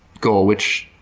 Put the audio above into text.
goal, which